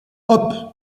hop